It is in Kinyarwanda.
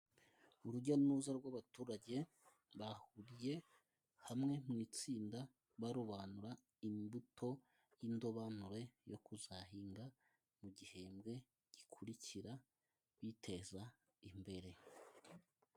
Urujya n'uruza rw'abaturage bahuriye hamwe mu itsinda barobanura imbuto y'indobanure, yo kuzahinga mu gihembwe gikurikira biteza imbere.